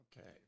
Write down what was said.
Okay